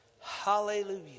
hallelujah